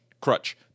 crutch